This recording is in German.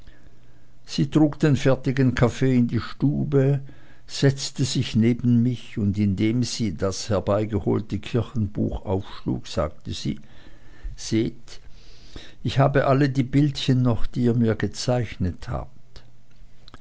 sie trug den fertigen kaffee in die stube setzte sich neben mich und indem sie das herbeigeholte kirchenbuch aufschlug sagte sie seht ich habe alle die bildchen noch die ihr mir gezeichnet habt